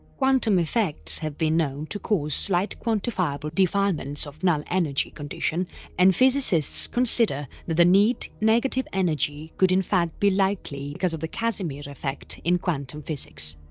quantum effects have been known to cause slight quantifiable defilements of null energy condition and physicists consider that the need negative energy could in fact be likely because of the casimir effect in quantum physics.